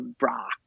rock